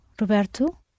Roberto